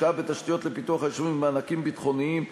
השקעה בתשתיות לפיתוח היישובים ומענקים ביטחוניים.